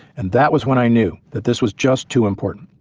and that was when i knew that this was just too important.